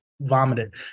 vomited